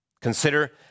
Consider